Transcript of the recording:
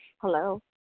Hello